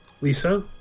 Lisa